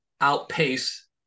outpace